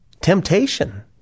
temptation